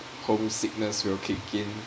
homesickness will kick in